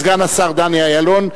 סגן השר דני אילון,